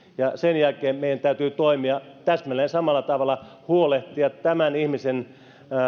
sen jälkeen meidän täytyy toimia täsmälleen samalla tavalla huolehtia tämän ihmisen